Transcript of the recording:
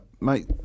mate